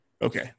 Okay